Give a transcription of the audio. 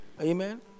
Amen